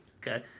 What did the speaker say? Okay